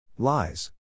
lies